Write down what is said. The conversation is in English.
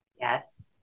Yes